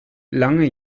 lange